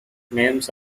names